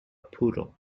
poodle